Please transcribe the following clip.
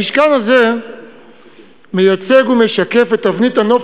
המשכן הזה מייצג ומשקף את תבנית הנוף